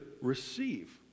receive